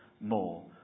more